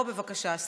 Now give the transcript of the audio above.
אייכלר,